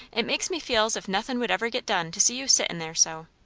it makes me feel as if nothin' would ever get done, to see you sittin' there so.